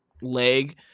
leg